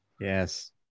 Yes